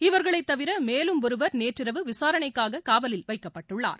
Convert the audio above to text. இவர்களை தவிர மேலும் ஒருவர் நேற்றிரவு விசாரணைக்காக காவலில் வைக்கப்பட்டுள்ளார்